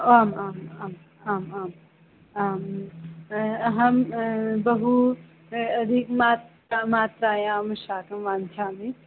आम् आम् आम् आम् आम् आम् अहं बहू अधिकमात्रा मात्रायां शाकं वाञ्चामि